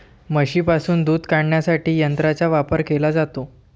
म्हशींपासून दूध काढण्यासाठी यंत्रांचा वापर केला जातो